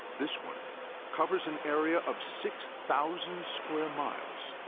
this one covers an area of six thousand square miles,